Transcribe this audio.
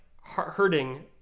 hurting